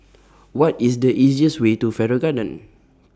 What IS The easiest Way to Farrer Garden